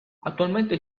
attualmente